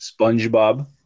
SpongeBob